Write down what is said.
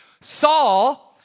Saul